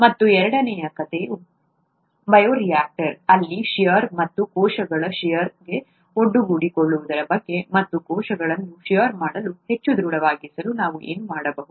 ಮತ್ತು ಎರಡನೆಯ ಕಥೆಯು ಬಯೋರಿಯಾಕ್ಟರ್ ಅಲ್ಲಿ ಷೇರ್ ಮತ್ತು ಕೋಶಗಳು ಷೇರ್ಗೆ ಒಡ್ಡಿಕೊಳ್ಳುವುದರ ಬಗ್ಗೆ ಮತ್ತು ಕೋಶಗಳನ್ನು ಷೇರ್ ಮಾಡಲು ಹೆಚ್ಚು ದೃಢವಾಗಿಸಲು ನಾವು ಏನು ಮಾಡಬಹುದು